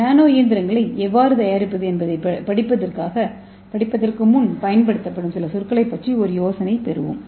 நானோ இயந்திரங்களை எவ்வாறு தயாரிப்பது என்பதைப் பார்ப்பதற்கு முன் பயன்படுத்தப்படும் சில சொற்களைப் பற்றி ஒரு யோசனை பெறுவோம்